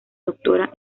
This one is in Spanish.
doctora